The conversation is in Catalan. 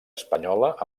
espanyola